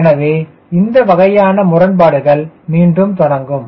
எனவே இந்த வகையான முரன்பாடுகள் மீண்டும் தொடங்கும்